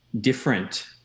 different